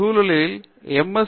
எனவே அந்த சூழலில் எம்